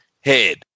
head